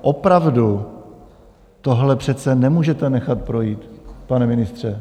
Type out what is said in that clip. Opravdu, tohle přece nemůžete nechat projít, pane ministře.